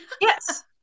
Yes